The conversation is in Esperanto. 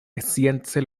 science